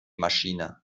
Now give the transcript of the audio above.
maschine